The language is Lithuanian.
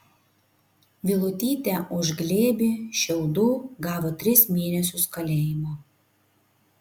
vilutytė už glėbį šiaudų gavo tris mėnesius kalėjimo